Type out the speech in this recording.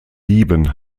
lieben